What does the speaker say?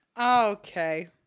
Okay